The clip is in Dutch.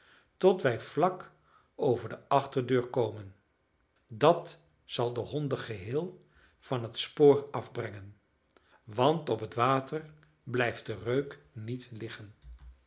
tot wij vlak over de achterdeur komen dat zal de honden geheel van het spoor afbrengen want op het water blijft de reuk niet liggen